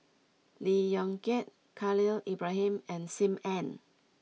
Lee Yong Kiat Khalil Ibrahim and Sim Ann